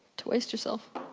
to waste yourself?